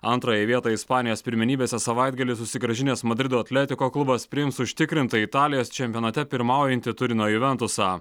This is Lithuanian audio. antrąją vietą ispanijos pirmenybėse savaitgalį susigrąžinęs madrido atletiko klubas priims užtikrintai italijos čempionate pirmaujantį turino juventusą